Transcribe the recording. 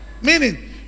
Meaning